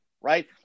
Right